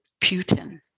Putin